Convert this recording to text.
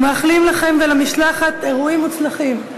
ומאחלים לכם ולמשלחת אירועים מוצלחים.